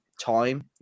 time